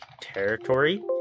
territory